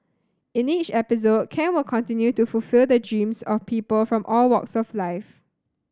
in each episode Ken will continue to fulfil the dreams of people from all walks of life